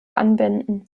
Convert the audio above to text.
anwenden